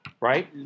Right